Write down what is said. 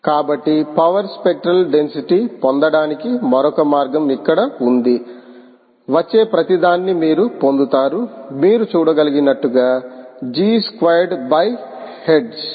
కాబట్టి power spectral density పొందడానికి మరొక మార్గం ఇక్కడ ఉంది వచ్చే ప్రతిదాన్ని మీరు పొందుతారు మీరు చూడగలిగినట్లుగా g స్క్వేర్డ్ బై హెర్ట్జ్